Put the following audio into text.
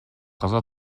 каза